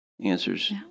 answers